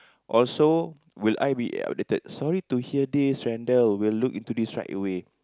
also will I be updated sorry to hear this Randall we'll look into this right away